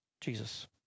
Jesus